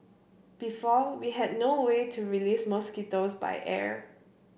before we had no way to release mosquitoes by air